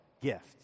gift